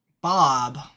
Bob